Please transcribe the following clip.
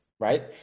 right